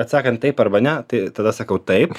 atsakant taip arba ne tai tada sakau taip